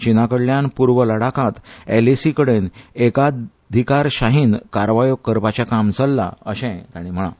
चीना कडल्यान पूर्व लडाखांत एलएसी कडेन एकाधिकारशायेन कारवायो करपाचे काम चल्लां अशेंय तांणी म्हळां